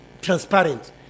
transparent